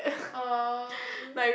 oh